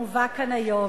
המובא כאן היום,